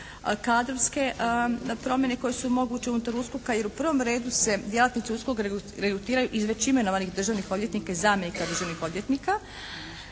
kadrovske promjene koje su moguće unutar USKOK-a jer u prvom redu se djelatnici USKOK-a regrutiraju iz već imenovanih državnih odvjetnika i zamjenika državnih odvjetnika